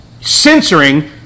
censoring